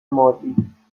مالی